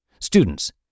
Students